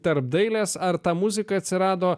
tarp dailės ar ta muzika atsirado